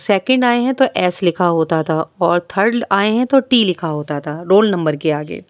second آئیں ہیں تو ایس لکھا ہوتا تھا اور تھرڈ آئے ہیں تو ٹی لکھا ہوتا تھا رول نمبر کے آگے